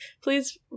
Please